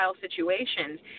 situations